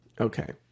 Okay